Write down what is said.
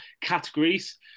categories